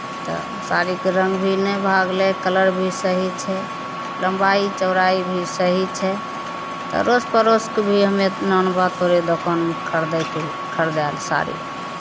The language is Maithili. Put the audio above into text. तऽ साड़ीके रंग भी नहि भागलै कलर भी सही छै लम्बाई चौराई भी सही छै तऽ अरोस परोसके भी हमे तऽ आनबा लेल तोरे दोकानमे खरीदैके खरदै लए साड़ी